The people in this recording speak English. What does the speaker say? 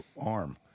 arm